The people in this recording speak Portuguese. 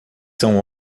são